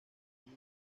allí